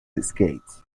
escapes